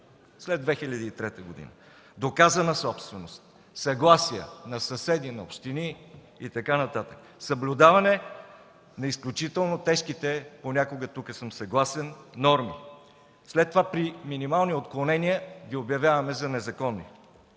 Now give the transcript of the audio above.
след 2003 г., доказана собственост, съгласие на съседи, на общини и така нататък, съблюдаване на изключително тежките – понякога тук съм съгласен, норми. След това при минимални отклонения ги обявяваме за незаконни